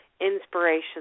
Inspiration